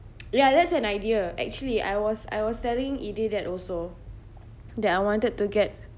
ya that's an idea actually I was I was telling eday that also that I wanted to get